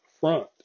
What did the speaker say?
front